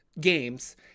games